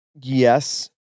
yes